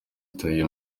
tayi